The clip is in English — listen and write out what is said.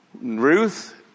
Ruth